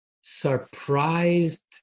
surprised